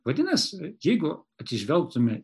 vadinasi jeigu atsižvelgtume